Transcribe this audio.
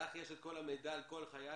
לך יש את כל המידע על כל חייל,